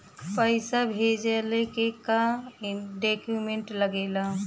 पैसा भेजला के का डॉक्यूमेंट लागेला?